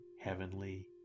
heavenly